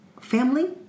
family